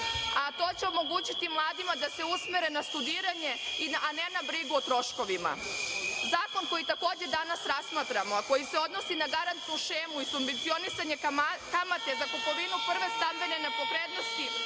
a to će omogućiti mladima da se usmere na studiranje, a ne na brigu o troškovima. Zakon koji takođe danas razmatramo, a koji se odnosi na garantnu šemu i subvencionisanje kamate za kupovinu prve stambene nepokretnosti